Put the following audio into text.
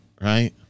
right